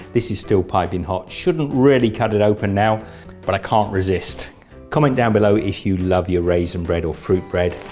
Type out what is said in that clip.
this is still piping hot. shouldn't really cut it open now but i can't resist comment down below if you love your raisin bread or fruit bread.